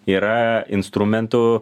yra instrumentų